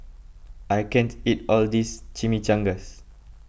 I can't eat all this Chimichangas